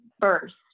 first